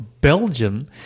Belgium